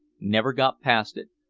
never got past it.